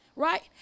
Right